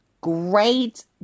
Great